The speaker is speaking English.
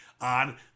on